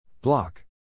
Block